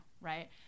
right